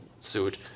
suit